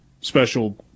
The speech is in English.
special